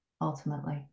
ultimately